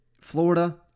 Florida